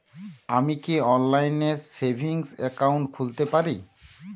আমি কি অনলাইন এ সেভিংস অ্যাকাউন্ট খুলতে পারি?